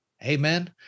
amen